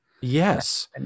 Yes